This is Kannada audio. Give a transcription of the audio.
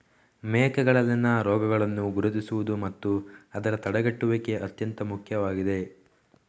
ಮೇಕೆಗಳಲ್ಲಿನ ರೋಗಗಳನ್ನು ಗುರುತಿಸುವುದು ಮತ್ತು ಅದರ ತಡೆಗಟ್ಟುವಿಕೆ ಅತ್ಯಂತ ಮುಖ್ಯವಾಗಿದೆ